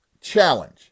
challenge